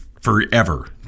forever